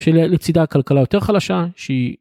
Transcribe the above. שלצידה הכלכלה היותר חלשה שהיא...